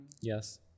yes